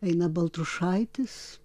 eina baltrušaitis